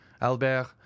albert